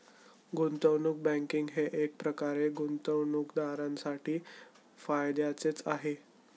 गुंतवणूक बँकिंग हे एकप्रकारे गुंतवणूकदारांसाठी फायद्याचेच आहे